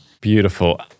Beautiful